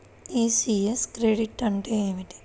ECS credit అంటే ఏమిటి?